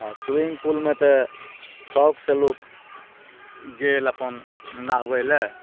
आ स्विमिंग पुलमे तऽ शौख से लोक गेल अपन नहबै लऽ